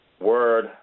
word